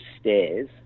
stairs